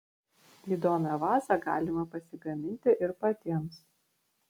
įdomią vazą galima pasigaminti ir patiems